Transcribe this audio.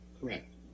Correct